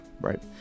Right